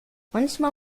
manchmal